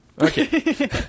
Okay